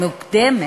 מוקדמת?